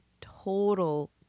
total